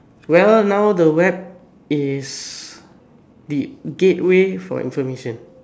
well now the web is the gateway for information